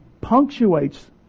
punctuates